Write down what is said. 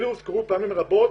אלו הוזכרו פעמים רבות